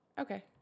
Okay